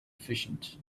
efficient